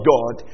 God